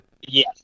Yes